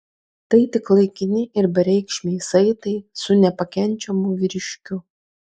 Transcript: tai tik laikini ir bereikšmiai saitai su nepakenčiamu vyriškiu